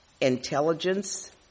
Intelligence